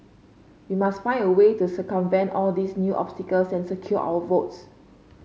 we must find a way to circumvent all these new obstacles and secure our votes